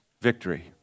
victory